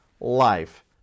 life